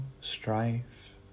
strife